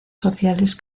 sociales